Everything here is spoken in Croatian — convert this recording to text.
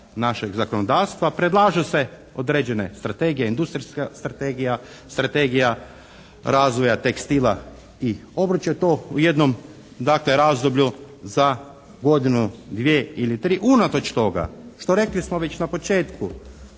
našeg zakonodavstva. Predlažu se određene strategije, industrijska strategija, strategija razvoja tekstila i obuće. To u jednom dakle razdoblju za godinu, dvije ili tri unatoč toga što rekli smo već na početku